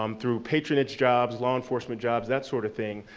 um through patronage jobs, law enforcement jobs, that sort of thing,